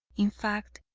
in fact,